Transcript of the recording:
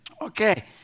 Okay